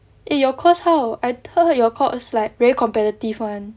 eh your course how I thought your course like very competitive [one]